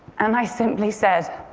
and i simply said,